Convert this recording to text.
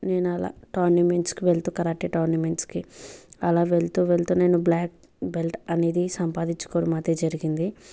నేను అలా టోర్నమెంట్స్ కి వెళ్తూ కరాటే టోర్నమెంట్స్ కి అలా వెళ్తూ వెళ్తూ నేను బ్లాక్ బెల్ట్ అనేది సంపాదించుకోవడమైతే జరిగింది